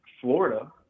Florida